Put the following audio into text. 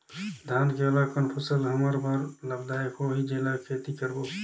धान के अलावा कौन फसल हमर बर लाभदायक होही जेला खेती करबो?